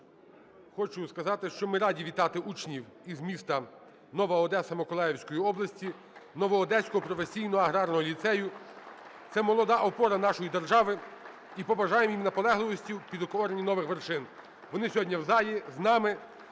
хочу сказати, що ми раді вітати учнів із міста Нова Одеса Миколаївської області Новоодеського професійного аграрного ліцею – це молода опора нашої держави. І побажаємо їм наполегливості у підкоренні нових вершин. Вони сьогодні в залі, з нами,